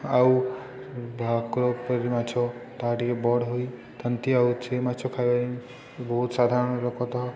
ଆଉ ଭାକୁର ପରି ମାଛ ତାହା ଟିକେ ବଡ଼ ହୋଇଥାନ୍ତି ଆଉ ସେ ମାଛ ଖାଇବା ପାଇଁ ବହୁତ ସାଧାରଣ ଲୋକତ